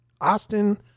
Austin